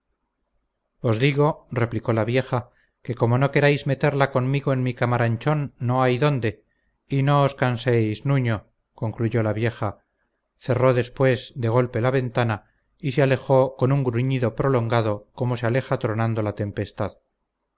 os digo replicó la vieja que como no queráis meterla conmigo en mi camaranchón no hay dónde y no os canséis nuño concluyó la vieja cerró después de golpe la ventana y se alejó con un gruñido prolongado como se aleja tronando la tempestad